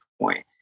point